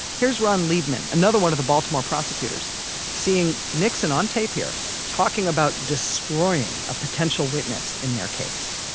here's ron liebman another one of the baltimore prosecutors seeing nixon on tape here talking about destroying a potential witness in their case